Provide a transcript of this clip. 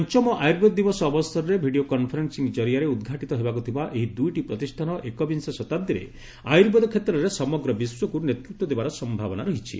ପଞ୍ଚମ ଆୟୁର୍ବେଦ ଦିବସ ଅବସରରେ ଭିଡ଼ିଓ କନ୍ଫରେନ୍ବିଂ ଜରିଆରେ ଉଦ୍ଘାଟିତ ହେବାକୁ ଥିବା ଏହି ଦୁଇଟି ପ୍ରତିଷାନ ଏକବିଂଶ ଶତାବ୍ଦୀରେ ଆୟୁର୍ବେଦ କ୍ଷେତ୍ରରେ ସମଗ୍ର ବିଶ୍ୱକୁ ନେତୃତ୍ୱ ଦେବାର ସମ୍ଭାବନା ରହିଛି